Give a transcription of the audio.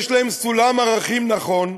יש להם סולם ערכים נכון,